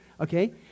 Okay